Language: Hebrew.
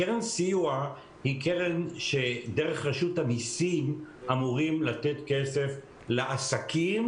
קרן סיוע היא קרן שדרך רשות המסים אמורים לתת כסף לעסקים.